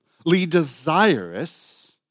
desirous